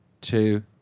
two